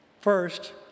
first